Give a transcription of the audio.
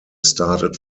started